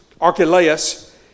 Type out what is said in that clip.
Archelaus